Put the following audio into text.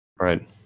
Right